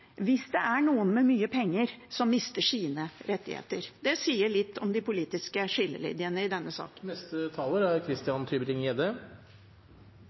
hvis det er noen med mye penger som mister sine rettigheter. Det sier litt om de politiske skillelinjene i denne